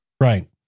Right